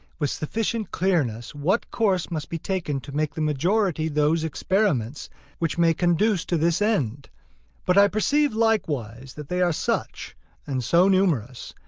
with sufficient clearness what course must be taken to make the majority those experiments which may conduce to this end but i perceive likewise that they are such and so numerous,